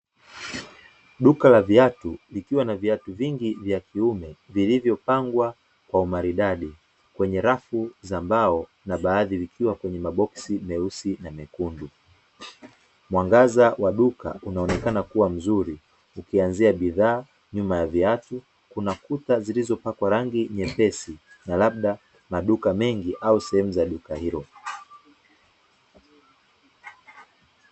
Duka la viatu likiwa na viatu vingi vya kiume vilivyopangwa kwa umaridadi kwenye rafu za mbao na baadhi vikiwa kwenye maboksi meusi na mekundu, mwangaza wa duka unaonekana kuwa mzuri kuanzia bidhaa nyuma ya viatu kuna kuta zilizopakwa rangi nyepesi na labda sehemu ya maduka mengi au duka hilo.